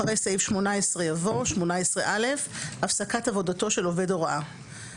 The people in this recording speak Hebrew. אחרי סעיף 18 יבוא- "הפסקת עבודתו של עובד הוראה18א.(א)בסעיף